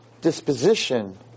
disposition